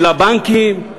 של הבנקים,